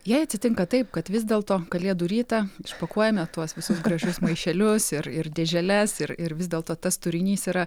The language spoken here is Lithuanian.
jei atsitinka taip kad vis dėlto kalėdų rytą išpakuojame tuos visus gražius maišelius ir ir dėželes ir ir vis dėlto tas turinys yra